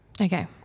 okay